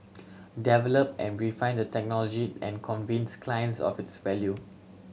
develop and refine the technology and convince clients of its value